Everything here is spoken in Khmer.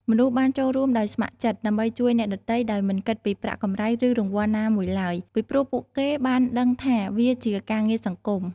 មនុស្សបានចូលរួមដោយស្ម័គ្រចិត្តដើម្បីជួយអ្នកដទៃដោយមិនគិតពីប្រាក់កម្រៃឬរង្វាន់ណាមួយឡើយ ពីព្រោះពួកគេបានដឹងថាវាជាការងារសង្គម។